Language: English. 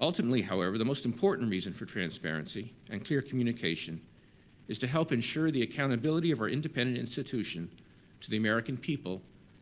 ultimately, however, the most important reason for transparency and clear communication is to help ensure the accountability of our independent institution to the american people